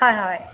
হয় হয়